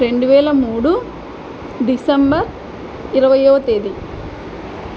రెండు వేల మూడు డిసెంబర్ ఇరయవ తేదీ